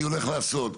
אני הולך לעשות.